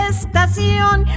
Estación